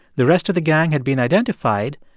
the rest of the gang had been identified,